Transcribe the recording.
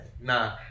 Nah